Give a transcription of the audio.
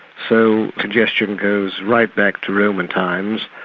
so congestion goes right back to roman times.